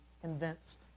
convinced